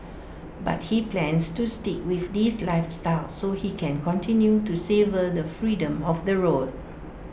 but he plans to stick with this lifestyle so he can continue to savour the freedom of the road